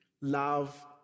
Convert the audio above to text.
love